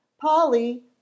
Polly